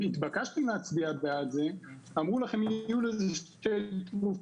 וכשנתבקשתי להצביע בעד זה אמרו- -- זה שתי ---,